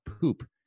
poop